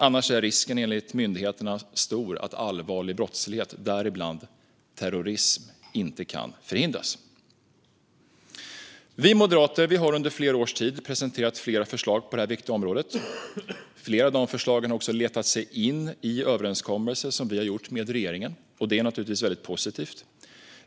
Annars är risken enligt myndigheterna stor att allvarlig brottslighet, däribland terrorism, inte kan förhindras. Vi moderater har under flera års tid presenterat flera förslag på det här viktiga området. Flera av de förslagen har också letat sig in i de överenskommelser som vi har gjort med regeringen, och det är naturligtvis positivt.